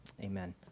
Amen